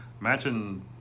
imagine